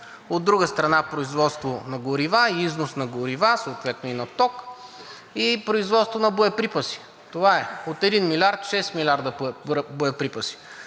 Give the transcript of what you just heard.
от друга страна, производство на горива и износ, съответно на ток и производство на боеприпаси. Това е. От 1 милиард – 6 милиарда боеприпаси,